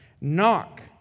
Knock